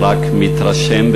ורק מתרשם,